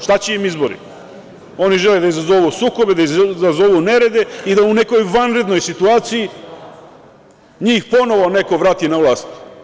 Šta će im izbori, oni žele da izazovu sukobe, da izazovu nerede i da u nekoj vanrednoj situaciji njih ponovo neko vrati na vlast.